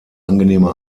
angenehme